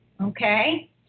okay